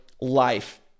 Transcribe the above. life